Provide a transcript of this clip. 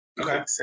Okay